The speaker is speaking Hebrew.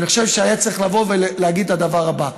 ואני חושב שהיה צריך לבוא ולהגיד את הדבר הבא: